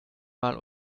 mal